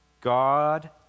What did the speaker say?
God